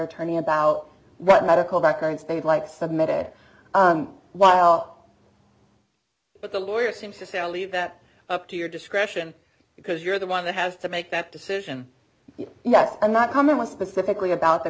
attorney about what medical background stated like submitted while but the lawyer seems to say i'll leave that up to your discretion because you're the one that has to make that decision yes i'm not coming one specifically about th